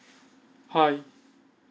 hi